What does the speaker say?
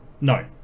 No